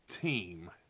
team